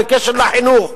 בקשר לחינוך,